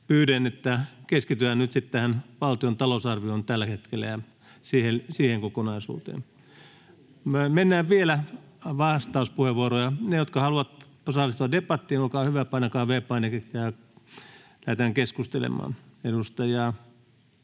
Pyydän, että keskitytään nyt sitten tähän valtion talousarvioon tällä hetkellä ja siihen kokonaisuuteen. — Mennään vielä vastauspuheenvuoroihin. [Mika Niikon välihuuto] Ne, jotka haluavat osallistua debattiin, olkaa hyvä ja painakaa V-painiketta, ja lähdetään keskustelemaan. — Edustaja